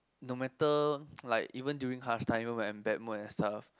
no matter like even during harsh time even when bad mood and stuff